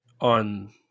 on